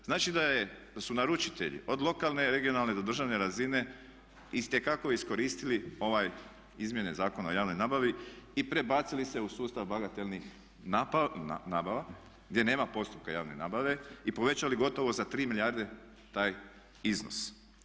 Znači da su naručitelji od lokalne, regionalne do državne razine itekako iskoristili ove izmjene Zakona o javnoj nabavi i prebacili se u sustava bagatelnih nabava gdje nema postupka javne nabave i povećali gotovo za 3 milijarde taj iznos.